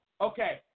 okay